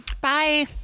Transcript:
Bye